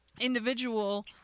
individual